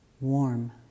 warm